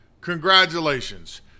congratulations